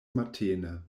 matene